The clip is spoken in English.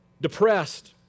depressed